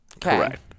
Correct